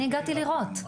אני הגעתי לראות,